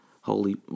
holy